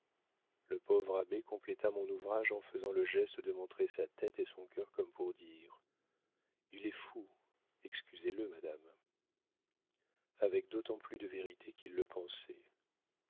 le pauvre abbé compléta mon ouvrage en faisant le geste de montrer sa tête et son cœur comme pour dire il est fou excusez-le madame avec d'autant plus de vérité qu'il le pensait